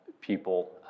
people